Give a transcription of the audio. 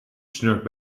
snurkt